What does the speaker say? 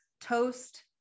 toast